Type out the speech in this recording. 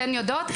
אתן יודעות?